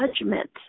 judgment